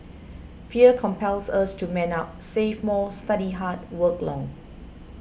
fear compels us to man up save more study hard work long